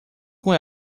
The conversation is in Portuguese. com